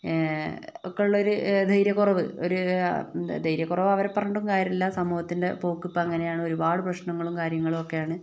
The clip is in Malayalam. ഒക്കെയുള്ളരു ധൈര്യക്കുറവ് ഒരു ധൈര്യക്കുറവ് അവരെ പറഞ്ഞിട്ടും കാര്യമില്ല സമൂഹത്തിൻ്റെ ഒരുപാട് പ്രശ്നങ്ങൾ കാര്യങ്ങളുമൊക്കെയാണ്